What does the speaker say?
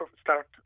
start